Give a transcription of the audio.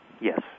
yes